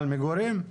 על מגורים?